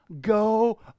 Go